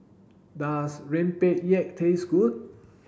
does Rempeyek taste good